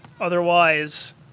Otherwise